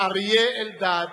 אריה אלדד.